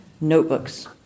Notebooks